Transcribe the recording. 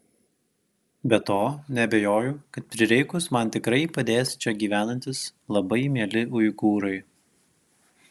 be to neabejoju kad prireikus man tikrai padės čia gyvenantys labai mieli uigūrai